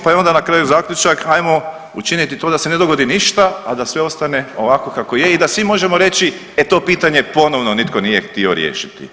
Pa je onda na kraju zaključak ajmo učiniti to da se ne dogodi ništa, a da sve ostane ovako kako je i da svi možemo reći, e to pitanje ponovno nitko nije htio riješiti.